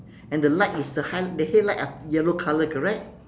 and the light is the head~ the headlight is yellow colour correct